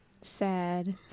Sad